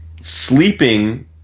sleeping